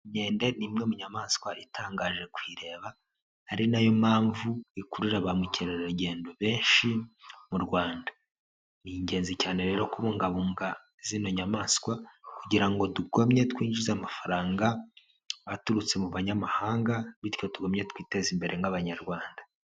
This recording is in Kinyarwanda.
Inkende ni imwe mu nyamaswa itangaje kuyireba ari nayo mpamvu ikurura ba mukerarugendo benshi mu Rwanda. Ni ingenzi cyane rero kubungabunga zino nyamaswa kugira ngo dukomye twinjize amafaranga aturutse mu banyamahanga, bityo tugumye twiteze imbere nk'Abanyarwanda.